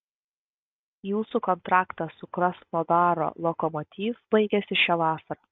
jūsų kontraktas su krasnodaro lokomotiv baigiasi šią vasarą